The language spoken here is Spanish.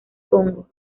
congo